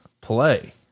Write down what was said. play